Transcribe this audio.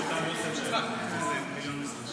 בג"ץ בשבילך הוא הקובע.